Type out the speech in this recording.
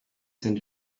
send